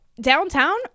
downtown